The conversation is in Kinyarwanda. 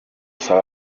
arasaba